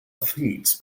feeds